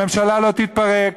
הממשלה לא תתפרק,